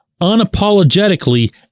unapologetically